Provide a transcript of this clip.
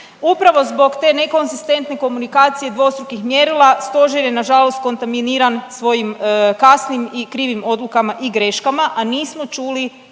Upravo zbog te nekonzistentne komunikaciji dvostrukih mjerila, Stožer je nažalost kontaminiran svojim kasnim i krivim odlukama i greškama, a nismo čuli